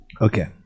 okay